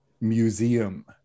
museum